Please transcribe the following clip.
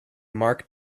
mark